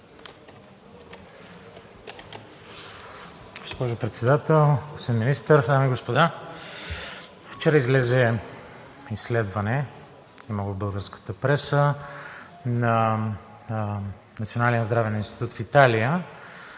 Госпожо Председател, господин Министър, дами и господа! Вчера излезе изследване отново в българската преса на Националния здравен институт в Италия.